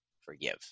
forgive